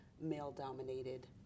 male-dominated